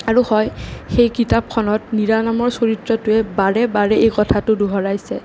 আৰু হয় সেই কিতাপখনত মীৰা নামৰ চৰিত্ৰটোৱে বাৰে বাৰে এই কথাটো দোহৰাইছে